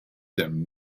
them